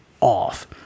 off